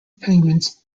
penguins